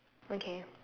okay